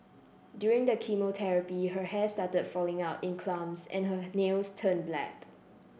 during the chemotherapy her hair started falling out in clumps and her nails turned black